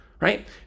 Right